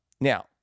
Now